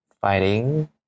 fighting